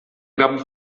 gran